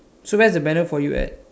so where's the banner for you at